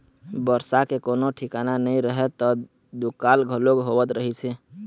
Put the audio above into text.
बरसा के कोनो ठिकाना नइ रहय त दुकाल घलोक होवत रहिस हे